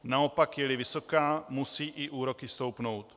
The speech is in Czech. Naopak jeli vysoká, musí i úroky stoupnout.